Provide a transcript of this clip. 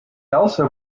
also